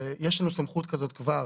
יש לנו סמכות כזאת כבר